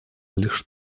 лишь